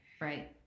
right